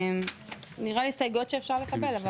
אלה נראות לי הסתייגויות שאפשר לקבל.